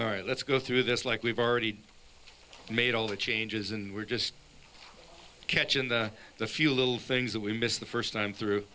all right let's go through this like we've already made all the changes and we're just catch and the few little things that we missed the first time through